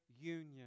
union